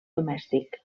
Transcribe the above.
domèstic